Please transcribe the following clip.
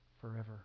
forever